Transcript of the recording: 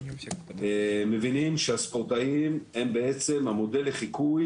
והם מבינים שהספורטאים הם בעצם המודל לחיקוי